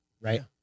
Right